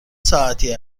ساعتی